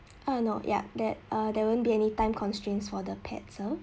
err no yup that err there won't be any time constraints for the pets sir